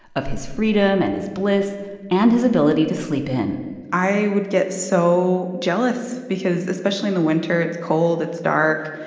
of his freedom and his bliss and his ability to sleep in i would get so jealous because especially in the winter. it's cold, it's dark.